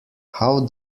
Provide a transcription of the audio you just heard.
how